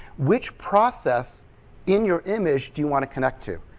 which process in your image do you want to connect to.